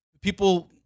people